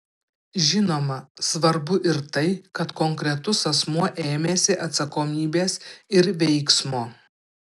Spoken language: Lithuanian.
žinoma svarbu ir tai kad konkretus asmuo ėmėsi atsakomybės ir veiksmo